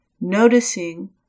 noticing